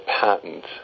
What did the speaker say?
patent